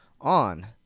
on